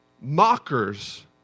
mockers